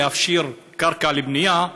להפשיר קרקע לבנייה,